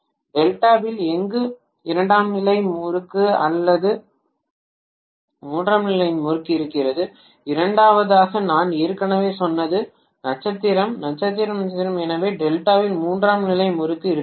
டெல்டாவில் எனக்கு இரண்டாம் நிலை முறுக்கு அல்லது மூன்றாம் நிலை முறுக்கு இருந்தால் இரண்டாவதாக நான் ஏற்கனவே சொன்னது நட்சத்திரம் நட்சத்திரம் நட்சத்திரம் எனவே டெல்டாவில் மூன்றாம் நிலை முறுக்கு இருக்க முடியும்